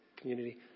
community